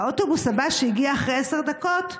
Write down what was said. האוטובוס הבא, שהגיע אחרי עשר דקות,